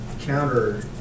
counter